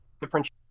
differentiate